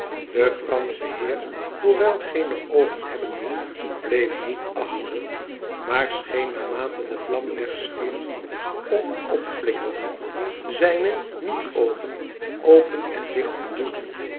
de fransche heer hoewel geene oogen hebbende bleef niet achter maar scheen naarmate de vlam wegstierf of opflikkerde zijne nietoogen open en dicht te doen